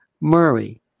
murray